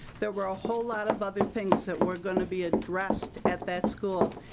there were a whole lot of other things that were going to be addressed at that school.